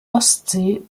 ostsee